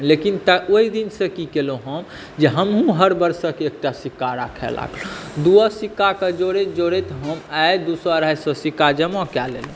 लेकिन तऽ ओहि दिनसॅं की केलहुँ हम जे हमहुँ हर वर्षक एकटा सिक्का राखय लागलहुँ आ दूओ सिक्काक जोड़ैत जोड़ैत हम आइ दू सए अढ़ाई सए सिक्का जमा कै लेलहुँ